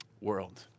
world